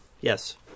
Yes